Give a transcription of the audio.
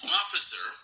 officer